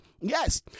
Yes